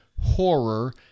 horror